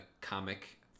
comic